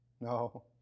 No